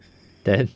then